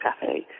cafe